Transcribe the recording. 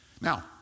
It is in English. Now